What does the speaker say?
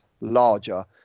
larger